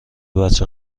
بچه